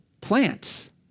plants